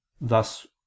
Thus